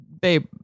babe